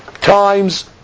times